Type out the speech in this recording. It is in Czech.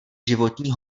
životní